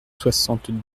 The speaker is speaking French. soixante